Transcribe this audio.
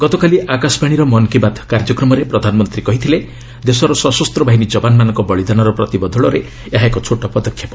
ଗତକାଲି ଆକାଶବାଣୀର ମନ୍ କୀ ବାତ୍ କାର୍ଯ୍ୟକ୍ରମରେ ପ୍ରଧାନମନ୍ତ୍ରୀ କହିଥିଲେ ଦେଶର ସଶସ୍ତ ବାହିନୀ ଯବାନମାନଙ୍କ ବଳିଦାନର ପ୍ରତିବଦଳରେ ଏହା ଏକ ଛୋଟ ପଦକ୍ଷେପ